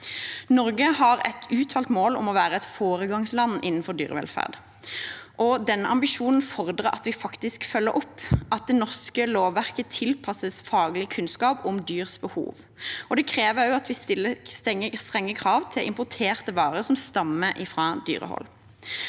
Norge har et uttalt mål om å være et foregangsland innenfor dyrevelferd. Denne ambisjonen fordrer at vi faktisk følger opp – at det norske lovverket tilpasses faglig kunnskap om dyrs behov. Det krever også at vi stiller strenge krav til importerte varer som stammer fra dyrehold.